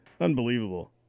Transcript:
Unbelievable